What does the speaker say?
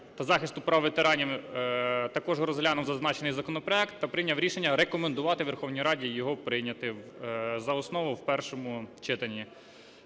та захисту прав ветеранів також розглянув зазначений законопроект та прийняв рішення рекомендувати Верховній Раді його прийняти за основу в першому читанні.